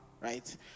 right